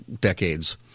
decades